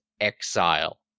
exile